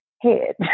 head